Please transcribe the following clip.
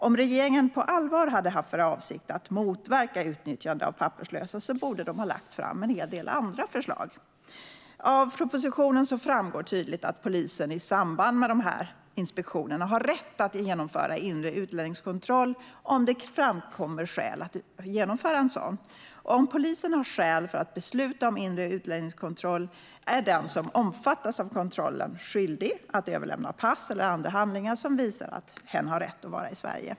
Om regeringen på allvar hade haft för avsikt att motverka utnyttjande av papperslösa borde man ha lagt fram en hel del andra förslag. Av propositionen framgår tydligt att polisen i samband med dessa inspektioner har rätt att genomföra inre utlänningskontroll om det framkommer skäl för att genomföra en sådan. Om polisen har skäl för att besluta om inre utlänningskontroll är den som omfattas av kontrollen skyldig att överlämna pass eller andra handlingar som visar att hen har rätt att vara i Sverige.